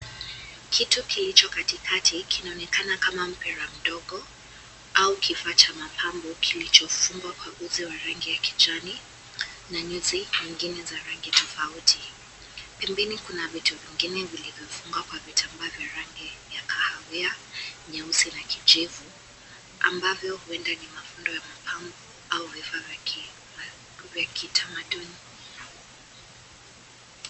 Kitu kilicho katikati kinaonekana kama mpira mdogo au kifaa cha mapambo kilichofungwa kwa uzi wa rangi ya kijani na nyuzi zingine za rangi tofauti . Pembeni kuna vitu vingine vilivyofungwa kwa vitambaa vya rangi ya kahawia, nyeusi na kijivu ambavyo huenda ni mavundo wa mapambo au vifaa vya kitamaduni.